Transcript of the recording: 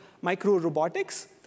micro-robotics